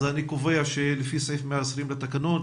אז אני קובע שלפי סעיף 120 לתקנון,